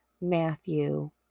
Matthew